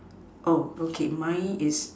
okay mine is